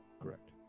Correct